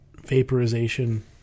vaporization